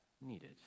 needed